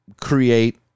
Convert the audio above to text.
create